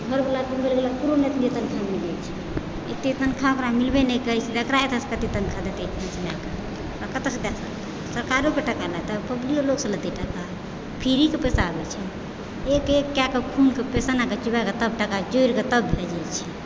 घरवला तरवला केकरो नहि वेतन दै छै एते तनखा ओकरा मिलबे नहि करय छै जकरा सरकारोके टाका लेतय पब्लिको लोगसँ लेतय टाका फ्रीके पैसा अबय छै एक एक कए कऽ खुनके पसिनाके चुबाकऽ तब टाका भेटय छियै